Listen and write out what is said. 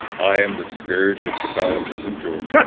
i am the scourge of catholicism, george yeah